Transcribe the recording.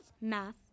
Math